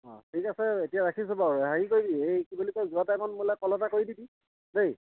অঁ ঠিক আছে এতিয়া ৰাখিছোঁ বাৰু হেৰি কৰিবি এই কি বুলি কয় যোৱাৰ টাইমত মোৰলৈ কল এটা কৰি দিবি দেই